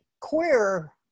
queer